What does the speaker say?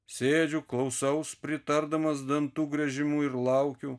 sėdžiu klausaus pritardamas dantų griežimu ir laukiu